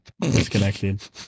disconnected